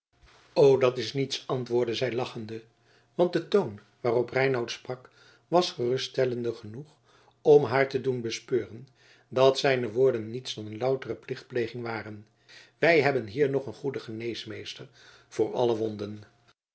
o dat is niets antwoordde zij lachende want de toon waarop reinout sprak was geruststellende genoeg om haar te doen bespeuren dat zijne woorden niets dan loutere plichtpleging waren wij hebben hier nog een goeden geneesmeester voor alle wonden